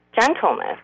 gentleness